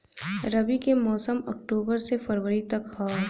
रबी के मौसम अक्टूबर से फ़रवरी तक ह